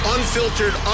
Unfiltered